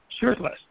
shirtless